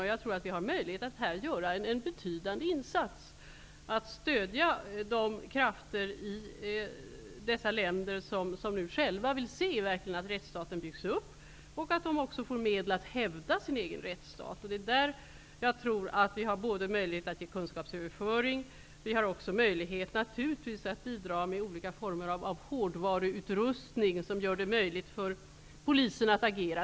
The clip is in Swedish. Vi har här möjlighet att göra en betydande insats för att stödja de krafter i dessa länder som vill se att det byggs upp en rättsstat och för att se till att de får medel att hävda sin egen rättsstat. Där kan vi bidra med kunskapsöverföring och naturligtvis också med olika former av hårdvaruutrustning, som gör det möjligt för polisen att agera.